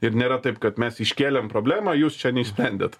ir nėra taip kad mes iškėlėm problemą jūs čia neišsprendėt